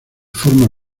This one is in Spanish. forma